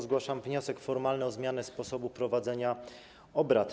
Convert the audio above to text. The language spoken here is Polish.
Zgłaszam wniosek formalny o zmianę sposobu prowadzenia obrad.